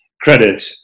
credit